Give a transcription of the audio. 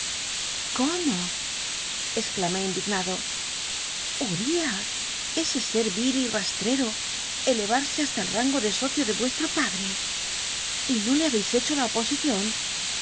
cómo exclamé indignado u riah ese sct il y rashcro clemt'sc hasta el rango de socio de vuestro padre y no le habeis hecho la oposicion